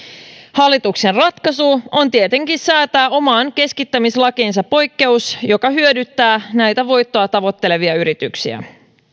hallituksen ratkaisu on tietenkin säätää omaan keskittämislakiinsa poikkeus joka hyödyttää näitä voittoa tavoittelevia yrityksiä